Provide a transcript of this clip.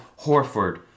Horford